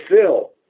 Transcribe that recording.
fill